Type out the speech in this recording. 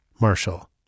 Marshall